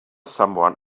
someone